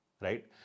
right